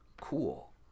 cool